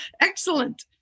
Excellent